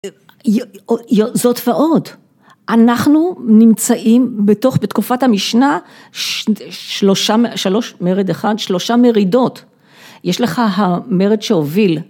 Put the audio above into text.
זאת ועוד אנחנו נמצאים בתוך בתקופת המשנה שלושה, שלוש, מרד אחד, שלושה מרידות. יש לך המרד שהוביל